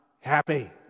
happy